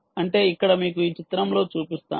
అంటే ఇక్కడ మీకు ఈ చిత్రం లో చూపిస్తాను